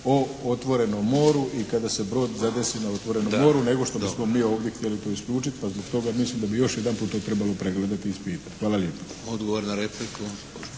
o otvorenom moru i kada se brod zadesi na otvorenom moru nego što bismo mi ovdje htjeli to isključiti. Pa zbog toga mislim da bi još jedanput to trebalo pregledati i ispitati. Hvala lijepo.